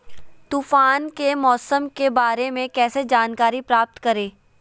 तूफान के मौसम के बारे में कैसे जानकारी प्राप्त करें?